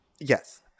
Yes